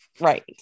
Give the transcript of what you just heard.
right